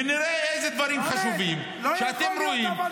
ונראה איזה דברים חשובים אתם רואים,